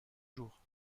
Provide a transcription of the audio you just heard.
jour